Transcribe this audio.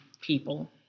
people